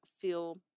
feel